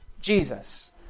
Jesus